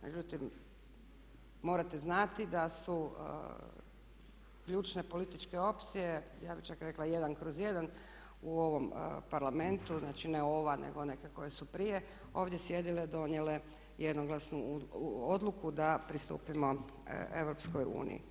Međutim, morate znati da su ključne političke opcije, ja bih čak rekla 1/1 u ovom Parlamentu znači ne ova nego neke koje su prije ovdje sjedile donijele jednoglasnu odluku da pristupimo EU.